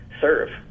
serve